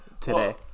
today